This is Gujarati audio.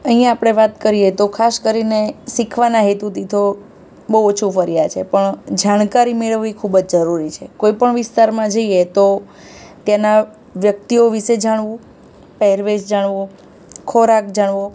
અહીંયા આપણે વાત કરીએ તો ખાસ કરીને શીખવાના હેતુથી તો બહુ ઓછું ફર્યાં છીએ પણ જાણકારી મેળવવી ખૂબ જ જરૂરી છે કોઈપણ વિસ્તારમાં જઈએ તો ત્યાંનાં વ્યક્તિઓ વિશે જાણવું પહેરવેશ જાણવો ખોરાક જાણવો